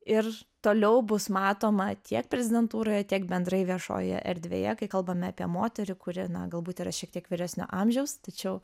ir toliau bus matoma tiek prezidentūroje tiek bendrai viešoje erdvėje kai kalbame apie moterį kuri na galbūt yra šiek tiek vyresnio amžiaus tačiau